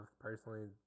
personally